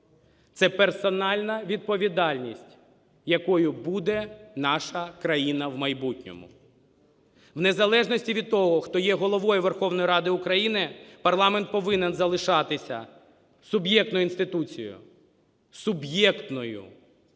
Це персональна відповідальність – якою буде наша країна в майбутньому. В незалежності від того, хто є Головою Верховної Ради України, парламент повинен залишатися суб'єктною інституцією, суб'єктною.